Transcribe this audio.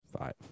five